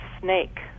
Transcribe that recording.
snake